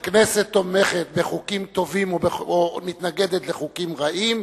הכנסת תומכת בחוקים טובים ומתנגדת לחוקים רעים,